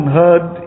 heard